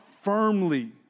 firmly